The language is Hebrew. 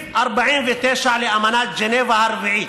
של מי זה?